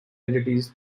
entities